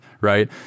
right